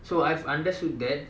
so I've understood that